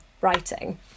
writing